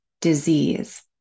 disease